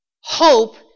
Hope